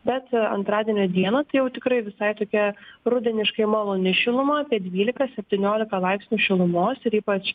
bet antradienio dieną tai jau tikrai visai tokia rudeniškai maloni šiluma apie dvylika septyniolika laipsnių šilumos ir ypač